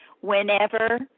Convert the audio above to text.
Whenever